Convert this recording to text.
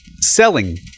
selling